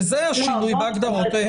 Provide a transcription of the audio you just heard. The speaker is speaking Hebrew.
וזה השינוי בהגדרות.